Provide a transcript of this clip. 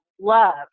love